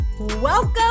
Welcome